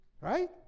Right